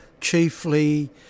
chiefly